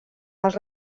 els